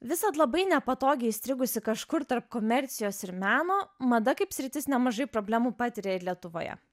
visad labai nepatogiai įstrigusi kažkur tarp komercijos ir meno mada kaip sritis nemažai problemų patiria ir lietuvoje